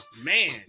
Man